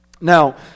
Now